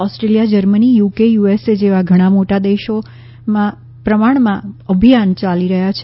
Australia Germany UK USA જેવા ઘણા દેશો મોટા પ્રમાણમાં અભિયાન યલાવી રહ્યા છે